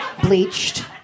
bleached